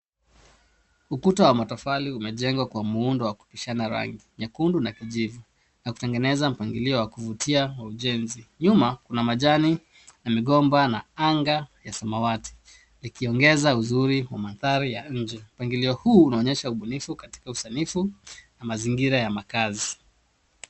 Ukuta wa matofali umejengwa kwa muundo wa kupishana rangi nyekundu na kijivu na kutengeneza mpangilio wa kuvutia wa ujenzi. Nyuma kuna majani ya migomba na anga ya samawati likiongeza uzuri wa mandhari ya nje. Mpangilio huu unaonyesha ubunifu katika usanifu na mazingira ya makazi.